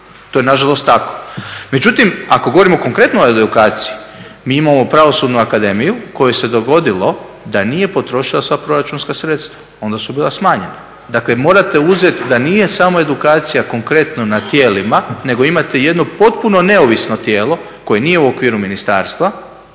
To je na žalost tako. Međutim, ako govorimo o konkretnoj edukaciji, mi imamo Pravosudnu akademiju kojoj se dogodilo da nije potrošila sva proračunska sredstva, onda su bila smanjena. Dakle, morate uzeti da nije samo edukacija konkretno na tijelima, nego imate jedno potpuno neovisno tijelo koje nije u okviru ministarstva,